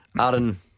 Aaron